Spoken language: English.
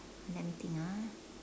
let me think ah